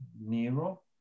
Nero